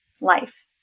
life